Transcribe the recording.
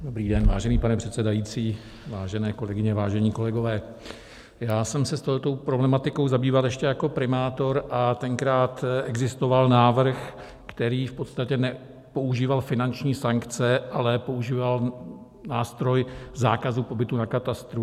Dobrý den, vážený pane předsedající, vážené kolegyně, vážení kolegové, já jsem se touhle problematikou zabýval ještě jako primátor a tenkrát existoval návrh, který v podstatě nepoužíval finanční sankce, ale používal nástroj zákazu pobytu na katastru.